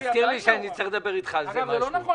מורגנשטרן לא מעורב.